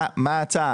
מה ההצעה?